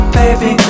baby